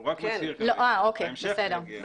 הוא רק מצהיר כרגע, בהמשך זה יגיע.